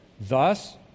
Thus